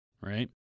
right